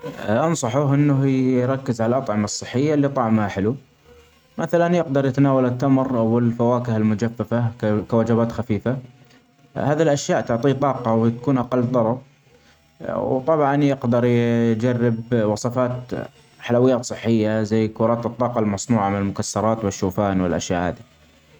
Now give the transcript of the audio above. أ أنصحه أنه يركز علي الأطعمة الصحية اللي طعمها حلو ، مثلا يقدر يتناول التمر والفواكهه المجففة ك-كوجبات خفيفة .هذا الأشياء تعطيه طاقة ويكون أقل ضرر وطبعا يجدر يجرب وصفات حلويات صحية زي كرات الطاقة المصنوعة من المكسرات والشوفان والأشياء هادي.